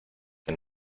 que